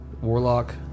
Warlock